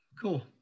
Cool